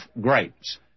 grapes